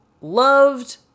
loved